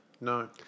No